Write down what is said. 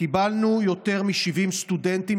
קיבלנו יותר מ-70 סטודנטים,